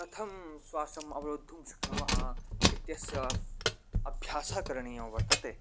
कथं श्वासम् अवरोद्धुं शक्नुमः एतस्य अभ्यासः करणीयं वर्तते